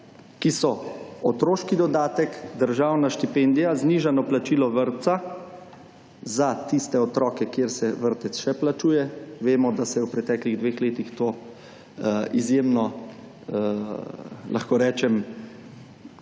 ki so otroški dodatek, državna štipendija, znižano plačilo vrtca, za tiste otroke, kjer se vrtec še plačuje, vemo, da se je v preteklih dveh letih to izjemno, lahko rečem,